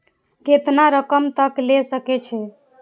केतना रकम तक ले सके छै?